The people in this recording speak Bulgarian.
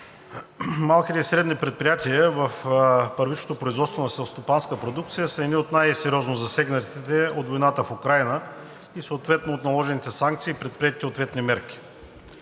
Малките и средни предприятия в първичното производство на селскостопанска продукция са едни от най-сериозно засегнатите от войната в Украйна и съответно от наложените санкции и предприетите ответни мерки.